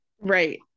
right